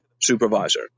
supervisor